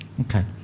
Okay